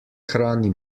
hrani